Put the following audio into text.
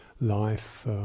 life